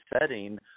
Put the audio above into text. setting